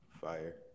Fire